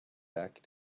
back